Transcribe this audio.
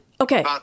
Okay